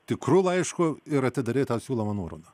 tikru laišku ir atidarei siūlo nuorodą